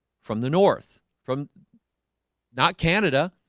from the north from not canada